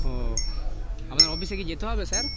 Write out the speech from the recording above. ও আপনার অফিসে কি যেতে হবে স্যার